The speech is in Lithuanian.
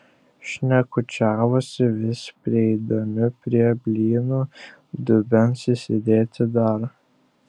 šnekučiavosi vis prieidami prie blynų dubens įsidėti dar